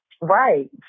right